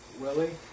Willie